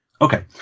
Okay